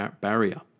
barrier